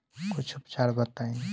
कुछ उपचार बताई?